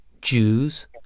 jews